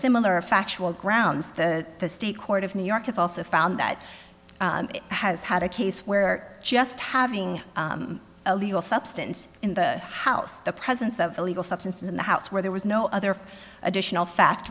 similar factual grounds that the state court of new york has also found that it has had a case where just having a legal substance in the house the presence of illegal substances in the house where there was no other additional fa